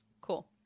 cool